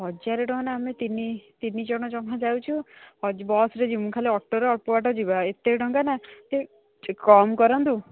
ହଜାର ଟଙ୍କା ନା ଆମେ ତିନି ତିନି ଜଣ ଜମାା ଯାଉଛୁ ବସ୍ରେ ଯିମୁଁ ଖାଲି ଅଟୋର ଅଳ୍ପ ବାଟ ଯିବା ଏତେ ଟଙ୍କା ନା ଟି ଟିକେ କମ୍ କରନ୍ତୁ